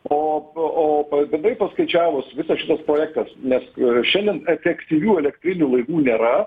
o o bendrai paskaičiavus visas šitas pareigas nes šiandien efektyvių elektrinių laivų nėra